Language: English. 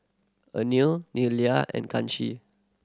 Anil Neila and Kanshi